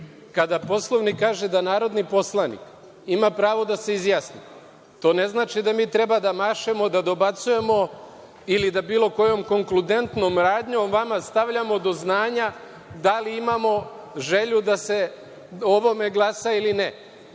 Kada Poslovnik kaže da narodni poslanik ima pravo da se izjasni, to ne znači da mi treba da mašemo, da dobacujemo ili da bilo kojom konkludentnom radnjom vama stavljamo do znanja da li imao želju da se o ovom glasa ili ne.